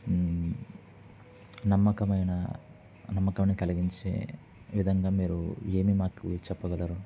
నమ్మకమైన నమ్మకాన్ని కలిగించే విధంగా మీరు ఏమీ మాకు చెప్పగలరు